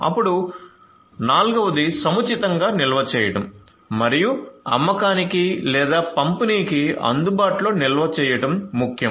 అప్పుడు నాల్గవది సముచితంగా నిల్వచేయడం మరియు అమ్మకానికి లేదా పంపిణీకి అందుబాటులో నిల్వ చేయడం ముఖ్యం